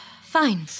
Fine